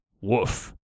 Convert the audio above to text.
woof